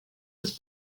was